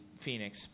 Phoenix